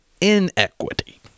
inequity